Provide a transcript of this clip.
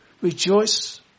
Rejoice